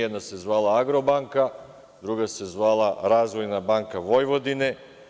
Jedna se zvala „Agrobanka“, druga se zvala „Razvojna banka“ Vojvodine.